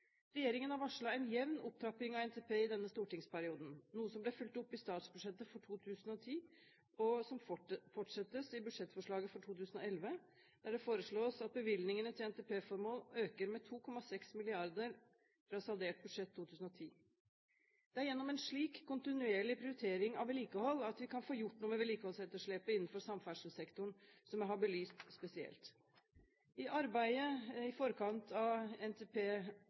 Regjeringen har varslet en jevn opptrapping av NTP i denne stortingsperioden, noe som ble fulgt opp i statsbudsjettet for 2010, og som en fortsetter med i budsjettforslaget i 2011, der det foreslås at bevilgningene til NTP-formål øker med 2,6 mrd. kr fra saldert budsjett fra 2010. Det er gjennom en slik kontinuerlig prioritering av vedlikehold at vi kan få gjort noe med vedlikeholdsetterslepet innenfor samferdselssektoren, som jeg har belyst spesielt. I arbeidet i forkant av NTP